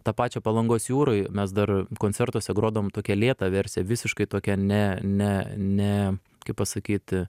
tą pačią palangos jūroj mes dar koncertuose grodavom tokią lėtą versiją visiškai tokią ne ne ne kaip pasakyti